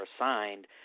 assigned